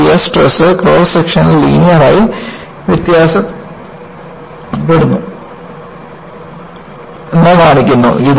ഇത് shear stress cross സെക്ഷനിൽ linear ആയി വ്യത്യാസപ്പെടുന്നുവെന്ന് കാണിക്കുന്നു